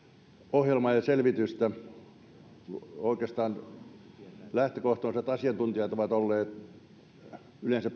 ohjelmaa ja selvitystä oikeastaan lähtökohta on se että asiantuntijat ovat olleet yleensä